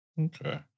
Okay